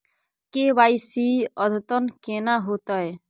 KYC अद्यतन केना होतै?